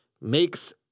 makes